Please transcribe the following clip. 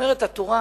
אומרת התורה,